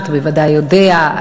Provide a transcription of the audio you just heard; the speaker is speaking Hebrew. שאתה בוודאי יודע,